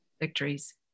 victories